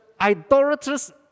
idolatrous